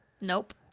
Nope